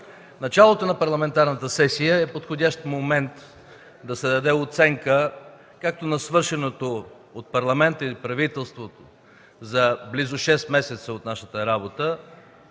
Началото на парламентарната сесия е подходящ момент да се даде оценка както за свършеното от Парламента и правителството за близо шест месеца от нашата работа,